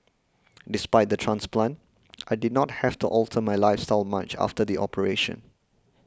despite the transplant I did not have to alter my lifestyle much after the operation